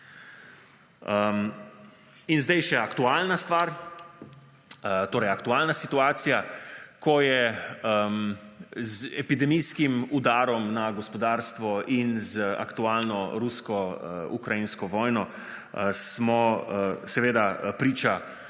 In zdaj še aktualna stvar, torej, aktualna situacija. Z epidemijskim udarom na gospodarstvo in z aktualno rusko-ukrajinsko vojno smo priče